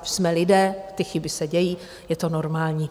Jsme lidé, chyby se dějí, je to normální.